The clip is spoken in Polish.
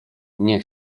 nie